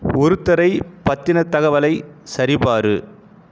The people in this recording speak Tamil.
ஒருத்தரை பற்றின தகவலை சரிபார்